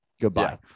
goodbye